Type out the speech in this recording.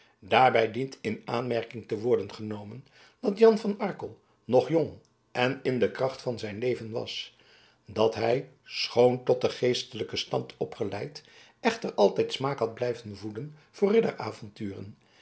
daarbij dient in aanmerking te worden genomen dat jan van arkel nog jong en in de kracht van zijn leven was dat hij schoon tot den geestelijken stand opgeleid echter altijd smaak had blijven voeden voor ridderavonturen